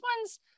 ones